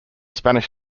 spanish